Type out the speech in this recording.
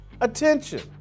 attention